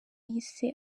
yise